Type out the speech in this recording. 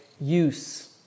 use